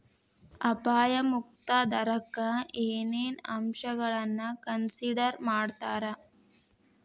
ಅಪಾಯ ಮುಕ್ತ ದರಕ್ಕ ಏನೇನ್ ಅಂಶಗಳನ್ನ ಕನ್ಸಿಡರ್ ಮಾಡ್ತಾರಾ